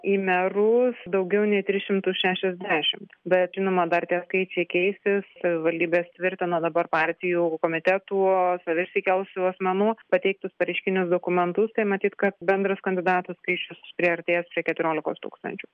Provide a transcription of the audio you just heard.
į merus daugiau nei tris šimtus šešiasdešimt bet žinoma dar tie skaičiai keisis savivaldybės tvirtina dabar partijų komitetų save išsikėlusių asmenų pateiktus pareiškinius dokumentus tai matyt kad bendras kandidatų skaičius priartės prie keturiolikos tūkstančių